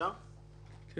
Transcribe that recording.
אני